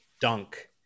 dunk